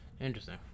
Interesting